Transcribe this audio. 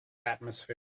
atmosphere